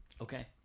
Okay